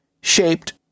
shaped